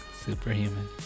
superhuman